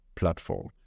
platform